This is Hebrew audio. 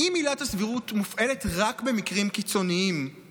אם עילת הסבירות מופעלת רק במקרים קיצוניים,